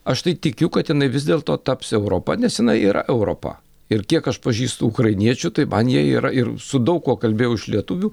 aš tai tikiu kad jinai vis dėlto taps europa nes jinai yra europa ir kiek aš pažįstu ukrainiečių tai man jie yra ir su daug kuo kalbėjau iš lietuvių